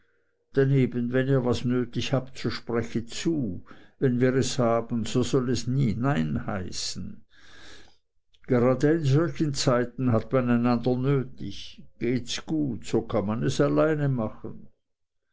daneben wenn ihr was nötig habt so sprechet zu wenn wir es haben so soll es nie nein heißen gerade in solchen zeiten hat man einander nötig gehts gut so kann man es alleine machen